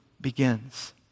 begins